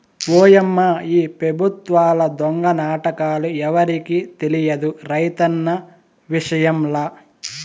ఓయమ్మా ఈ పెబుత్వాల దొంగ నాటకాలు ఎవరికి తెలియదు రైతన్న విషయంల